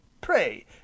Pray